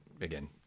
again